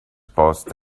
passed